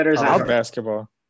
Basketball